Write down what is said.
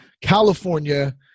California